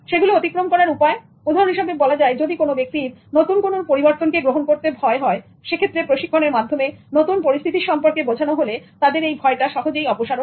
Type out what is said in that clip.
সেগুলো অতিক্রম করার উপায় উদাহরণ হিসেবে বলা যায় যদি কোন ব্যক্তির নতুন কোন পরিবর্তন কে গ্রহণ করতে ভয় হয় সে ক্ষেত্রে প্রশিক্ষণের মাধ্যমে নতুন পরিস্থিতি সম্পর্কে বোঝানো হলে তাদের এই ভয়টা সহজেই অপসারণ করা যাবে